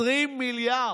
20 מיליארד.